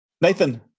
Nathan